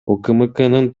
укмкнын